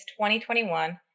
2021